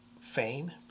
fame